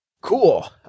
Cool